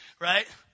Right